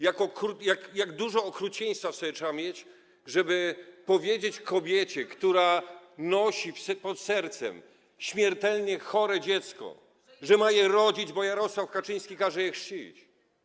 Jak dużo okrucieństwa w sobie trzeba mieć, żeby powiedzieć kobiecie, która nosi pod sercem śmiertelnie chore dziecko, że ma je rodzić, bo Jarosław Kaczyński każe je chrzcić.